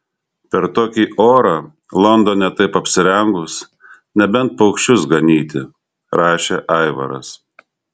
per tokį orą londone taip apsirengus nebent paukščius ganyti rašė aivaras